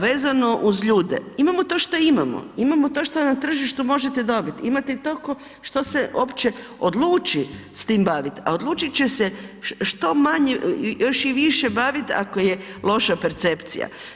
Vezano uz ljude, imamo to što imamo, imamo to što na tržištu možete dobit, imate i tolko što se uopće odluči s tim bavit, a odlučit će se što manje, još i više bavit ako je loša percepcija.